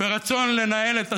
ורצון לנהל את הסכסוך,